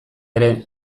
ere